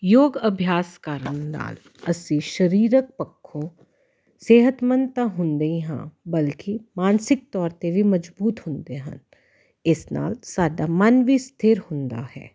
ਯੋਗ ਅਭਿਆਸ ਕਰਨ ਨਾਲ ਅਸੀਂ ਸਰੀਰਕ ਪੱਖੋਂ ਸਿਹਤਮੰਦ ਤਾਂ ਹੁੰਦੇ ਹੀ ਹਾਂ ਬਲਕਿ ਮਾਨਸਿਕ ਤੌਰ 'ਤੇ ਵੀ ਮਜ਼ਬੂਤ ਹੁੰਦੇ ਹਨ ਇਸ ਨਾਲ ਸਾਡਾ ਮਨ ਵੀ ਸਥਿਰ ਹੁੰਦਾ ਹੈ